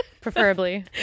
Preferably